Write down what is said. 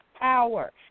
power